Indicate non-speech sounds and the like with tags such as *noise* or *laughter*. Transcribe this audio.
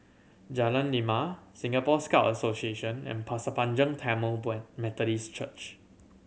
Jalan Lima Singapore Scout Association and Pasir Panjang Tamil *unintelligible* Methodist Church